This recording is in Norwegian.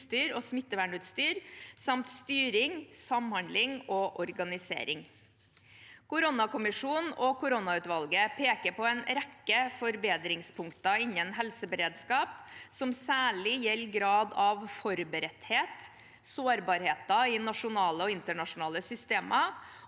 utstyr og smittevernutstyr samt styring, samhandling og organisering. Koronakommisjonen og koronautvalget peker på en rekke forbedringspunkter innen helseberedskap som særlig gjelder grad av forberedthet, sårbarheter i nasjonale og internasjonale systemer